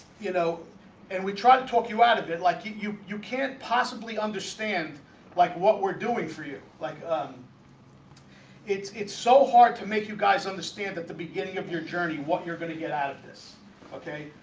you know and we try to talk you out of it like you you you can't possibly understand like what we're doing for you like um it's it's it's so hard to make you guys understand at the beginning of your journey what you're going to get out of this okay?